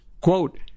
Quote